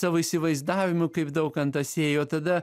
savo įsivaizdavimų kaip daukantas ėjo tada